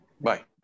Bye